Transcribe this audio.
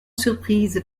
surprise